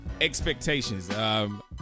expectations